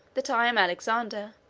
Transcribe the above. that i am alexander,